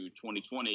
2020